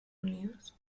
unidos